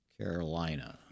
Carolina